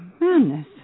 madness